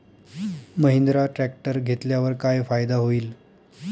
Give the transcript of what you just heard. Mahindra tractor घेतल्यावर काय फायदा होईल?